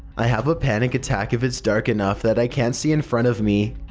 i have a panic attack if it's dark enough that i can't see in front of me,